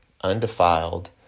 undefiled